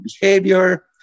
behavior